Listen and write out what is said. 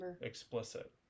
explicit